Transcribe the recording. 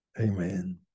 Amen